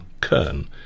Kern